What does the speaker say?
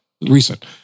recent